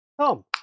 Tom